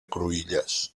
cruïlles